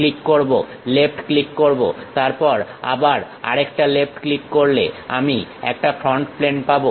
click করব left click করব তারপর আবার আরেকটা লেফট ক্লিক করলে আমি একটা ফ্রন্ট প্লেন পাবো